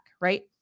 right